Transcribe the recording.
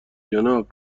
جناب